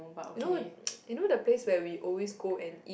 you know you know the place where we always go and eat